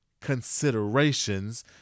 considerations